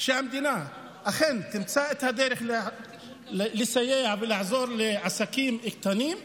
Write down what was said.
שהמדינה אכן תמצא את הדרך לסייע ולעזור לעסקים קטנים,